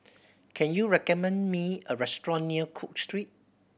can you recommend me a restaurant near Cook Street